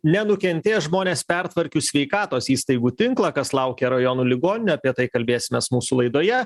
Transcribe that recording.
nenukentės žmonės pertvarkius sveikatos įstaigų tinklą kas laukia rajonų ligoninių apie tai kalbėsimės mūsų laidoje